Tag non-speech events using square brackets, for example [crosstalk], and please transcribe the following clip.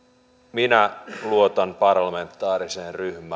minä luotan parlamentaariseen ryhmään [unintelligible]